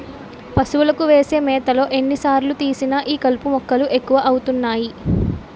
పశువులకు వేసే మేతలో ఎన్ని సార్లు తీసినా ఈ కలుపు మొక్కలు ఎక్కువ అవుతున్నాయి